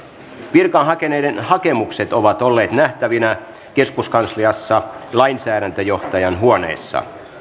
virkaa hakeneiden hakemukset ovat olleet nähtävinä keskuskansliassa lainsäädäntöjohtajan huoneessa